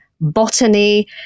botany